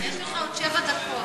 יש לך עוד שבע דקות.